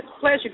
pleasure